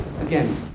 again